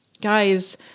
Guys